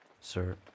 Sir